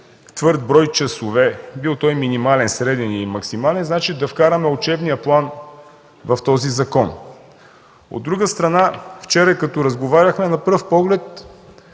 твърд брой часове – бил той минимален, среден или максимален, значи да вкараме учебния план в този закон. От друга страна, вчера и като разговаряхме, на пръв поглед